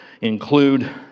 include